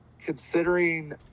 considering